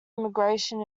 immigration